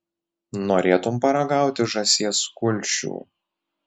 norėtum paragauti žąsies kulšių